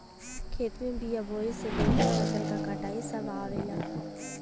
खेत में बिया बोये से लेके फसल क कटाई सभ आवेला